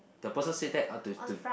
the person say that how do it do